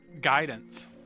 guidance